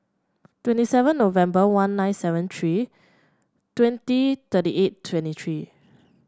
twenty seven November one nine seven three twenty thirty eight twenty three